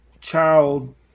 child